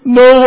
no